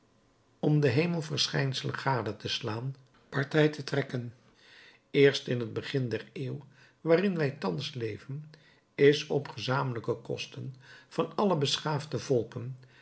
om de hemelverschijnselen gade te slaan partij te trekken eerst in het begin der eeuw waarin wij thans leven is op gezamenlijke kosten van alle beschaafde volken